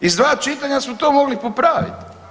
Iz dva čitanja smo to mogli popraviti.